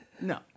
No